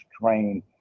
train